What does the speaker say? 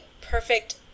Perfect